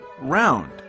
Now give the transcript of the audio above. round